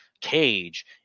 cage